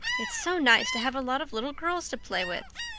it's so nice to have a lot of little girls to play with.